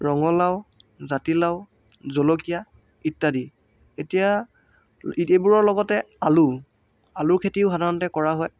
ৰঙালাও জাতিলাও জলকীয়া ইত্যাদি এতিয়া এইবোৰৰ লগতে আলু আলুৰ খেতিও সাধাৰণতে কৰা হয়